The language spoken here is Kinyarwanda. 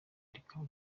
rikaba